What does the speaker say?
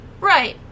right